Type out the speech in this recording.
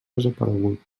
desaparegut